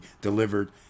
delivered